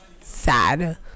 sad